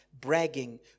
bragging